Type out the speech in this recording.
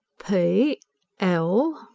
p l.